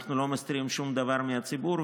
אנחנו לא מסתירים שום דבר מהציבור,